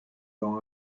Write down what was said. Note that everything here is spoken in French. dans